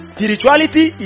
Spirituality